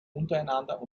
untereinander